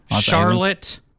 Charlotte